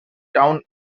town